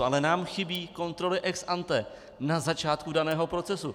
Ale nám chybí kontroly ex ante na začátku daného procesu.